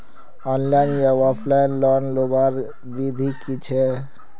Online या offline loan लुबार विधि की छे?